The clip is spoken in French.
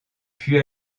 puis